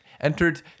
entered